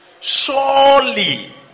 Surely